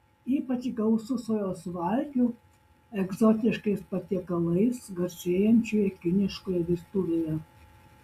ypač gausu sojos valgių egzotiškais patiekalais garsėjančioje kiniškoje virtuvėje